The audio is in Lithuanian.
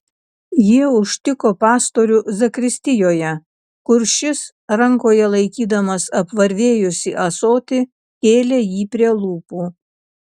jie užtiko pastorių zakristijoje kur šis rankoje laikydamas apvarvėjusį ąsotį kėlė jį prie lūpų